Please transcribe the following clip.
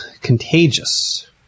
Contagious